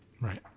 Right